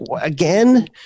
again